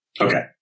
Okay